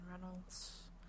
reynolds